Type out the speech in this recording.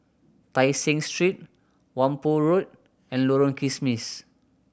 Tai Seng Street Whampoa Road and Lorong Kismis